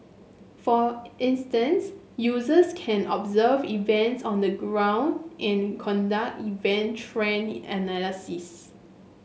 for instance users can observe events on the ground and conduct event trend analysis